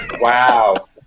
wow